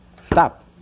Stop